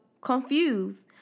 confused